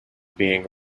being